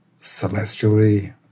celestially